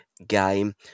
Game